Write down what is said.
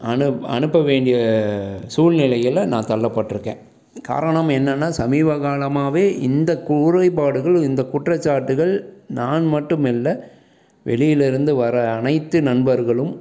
அனுப் அனுப்ப வேண்டிய சூழ்நிலையில் நான் தள்ளப்பட்டுருக்கேன் காரணம் என்னென்னா சமீப காலமாகவே இந்த குறைப்பாடுகளும் இந்த குற்றச்சாட்டுகள் நான் மட்டும் இல்லை வெளியில் இருந்து வர அனைத்து நண்பர்களும்